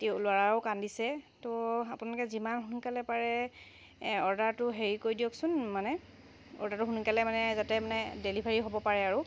ল'ৰাও কান্দিছে তো আপোনালোকে যিমান সোনকালে পাৰে অৰ্ডাৰটো হেৰি কৰি দিয়কচোন মানে অৰ্ডাৰটো সোনকালে মানে যাতে মানে ডেলিভাৰী হ'ব পাৰে আৰু